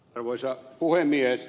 arvoisa puhemies